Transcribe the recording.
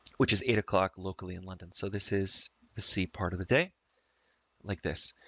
which is eight o'clock locally in london. so this is the c part of the day like this.